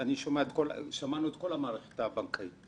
שמענו את כל המערכת הבנקאית.